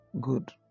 good